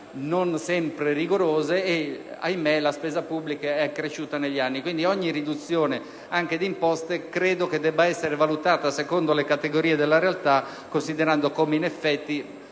non sempre rigorose e, ahimè, la spesa pubblica è cresciuta negli anni. Quindi, anche ogni riduzione di imposte credo debba essere valutata secondo le categorie della realtà, considerando che, in effetti,